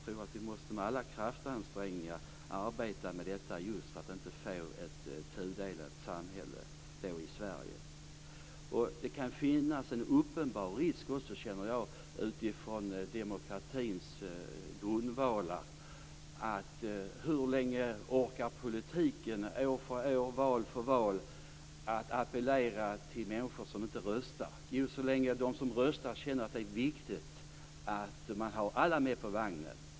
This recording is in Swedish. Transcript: Jag tror att vi med alla krafter måste arbeta med detta just för att inte få ett tudelat samhälle i Sverige. Det kan finnas en uppenbar risk också, känner jag, utifrån demokratins grundvalar. Hur länge orkar politiken år efter år, val efter val, att appellera till människor som inte röstar? Jo, så länge de som röstar känner att det är viktigt att man har alla med på vagnen.